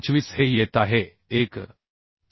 25 हे येत आहे 1